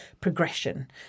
progression